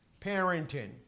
parenting